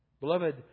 Beloved